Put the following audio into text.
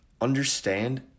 understand